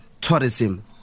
tourism